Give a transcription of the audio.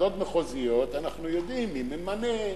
ועדות מחוזיות אנחנו יודעים מי ממנה,